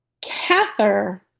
Cather